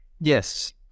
Yes